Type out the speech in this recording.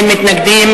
התשע"א 2010,